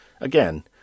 again